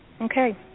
Okay